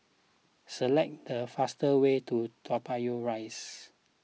select the fastest way to Toa Payoh Rise